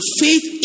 faith